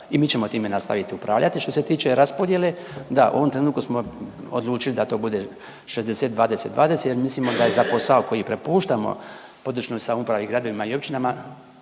I mi ćemo time nastaviti upravljati. Što se tiče raspodjele, da u ovom trenutku smo odlučili da to bude 60:20:20 jer mislimo da je za posao koji prepuštamo područnoj samoupravi, gradovima i općinama